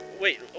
Wait